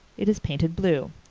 it is painted blue.